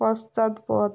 পশ্চাৎপদ